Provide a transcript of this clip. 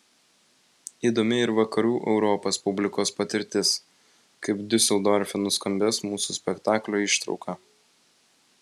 įdomi ir vakarų europos publikos patirtis kaip diuseldorfe nuskambės mūsų spektaklio ištrauka